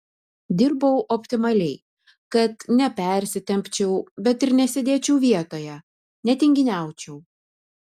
dirbau optimaliai kad nepersitempčiau bet ir nesėdėčiau vietoje netinginiaučiau